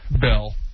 bill